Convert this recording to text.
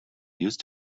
used